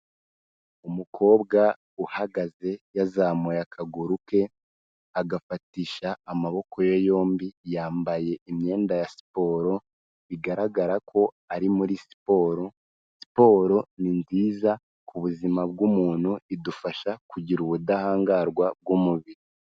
Umukobwa uhagaze yazamuye akaguru ke, agafatisha amaboko ye yombi, yambaye imyenda ya siporo, bigaragara ko ari muri siporo, siporo ni nziza ku buzima bw'umuntu, idufasha kugira ubudahangarwa bw'umubiri.